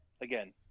again